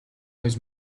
байж